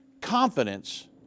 confidence